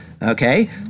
Okay